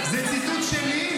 זה ציטוט שלי?